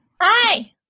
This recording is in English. Hi